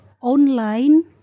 online